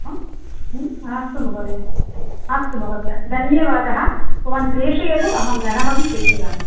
अस्तु महोदय अस्तु महोदय धन्यवादः भवान् प्रेषयतु अहं धनमपि प्रेषयामि